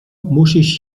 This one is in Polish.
musisz